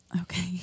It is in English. Okay